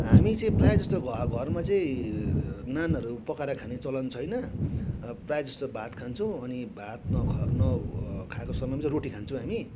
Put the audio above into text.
हामी चाहिँ प्रायःजस्तो घ घरमा चाहिँ नानहरू पकाएर खाने चलन छैन प्रायःजस्तो भात खान्छौँ अनि भात न ख नखाएको समयमा चाहिँ रोटी खान्छौँ हामी